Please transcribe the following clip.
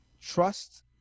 trust